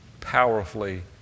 powerfully